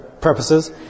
purposes